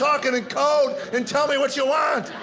talking in code and tell me what you want!